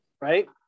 right